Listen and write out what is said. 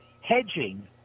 hedging